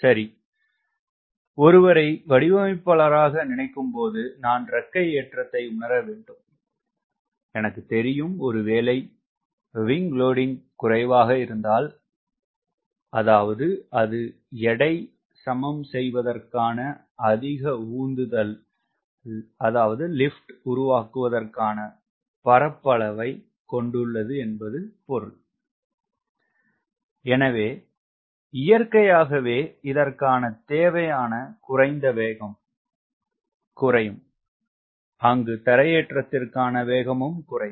சரி ஒருவரை வடிவமைப்பாளராக நினைக்கும் போது நான் இறக்கை ஏற்றத்தை உணர வேண்டும் எனக்கு தெரியும் ஒருவேளை WS குறைவாக இருந்தால் அதாவது அது எடை சமன் செய்வதற்கான அதிக உந்துதல் உருவாக்குவதற்கான பரப்பை கொண்டுள்ளது என்பது பொருள் எனவே இயற்கையாகவே இதற்கான தேவையான குறைந்த வேகம் குறையும் அங்கு தரையேற்றத்திற்கான வேகமும் குறையும்